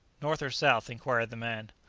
north or south? inquired the man.